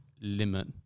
limit